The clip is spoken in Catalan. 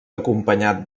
acompanyat